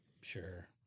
Sure